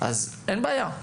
אז אין בעיה.